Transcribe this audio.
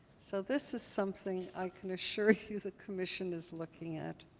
so this is something i can assure you the commission is looking at.